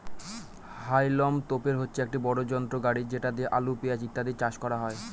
হাউলম তোপের হচ্ছে এক বড় যন্ত্র গাড়ি যেটা দিয়ে আলু, পেঁয়াজ ইত্যাদি চাষ করা হয়